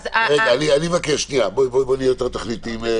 בואי נהיה יותר תכליתיים.